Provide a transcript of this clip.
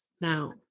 now